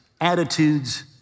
attitudes